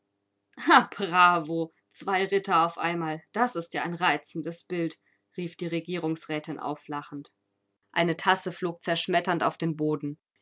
bravo zwei ritter auf einmal das ist ja ein reizendes bild rief die regierungsrätin auflachend eine tasse flog zerschmetternd auf den boden